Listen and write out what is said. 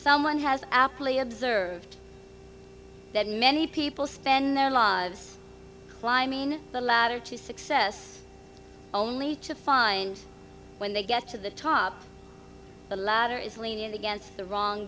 someone has our play observed that many people spend their lives climb in the ladder to success only to find when they get to the top of the ladder is leaning against the wrong